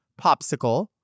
Popsicle